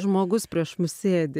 žmogus prieš mus sėdi